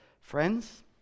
Friends